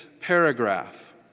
paragraph